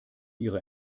ihre